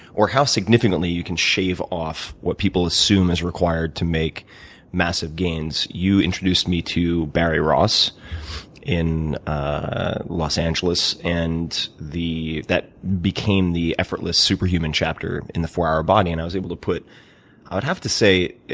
or how significantly you can shave off what people assume is required to make massive gains. you introduced me to barry ross in los angeles, and that became the effortless superhuman chapter in the four hour body, and i was able to put i would have to say,